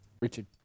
Richard